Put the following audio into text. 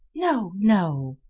no, no.